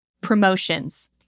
promotions